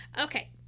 Okay